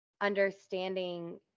understanding